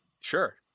sure